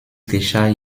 geschah